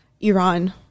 Iran